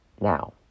now